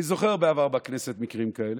אני זוכר בעבר בכנסת מקרים כאלה.